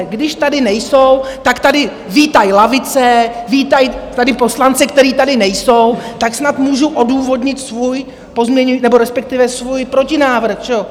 Když tady nejsou, tak tady vítají lavice, vítají tady poslance, kteří tady nejsou, tak snad můžu odůvodnit svůj, nebo respektive svůj protinávrh, že jo?